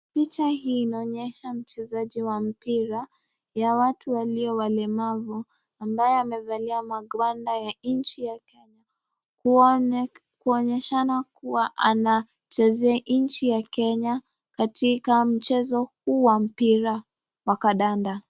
Picha hii inaonesha Mchezaji Wa mpira ya watu walio walemavu ambaye amevalia magwanda ya nchi ya Kenya . Kuonesha kuwa anacheza nchi ya Kenya katika mchezo huu Wa Kenya Wa kandanda.